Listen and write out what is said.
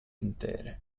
intere